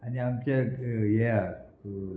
आनी आमचे हे